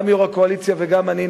גם יושב-ראש הקואליציה וגם אני,